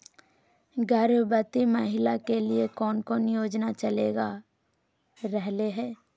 गर्भवती महिला के लिए कौन कौन योजना चलेगा रहले है?